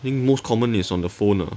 the most common is on the phone ah